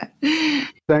Thank